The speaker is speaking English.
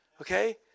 okay